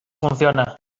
funciona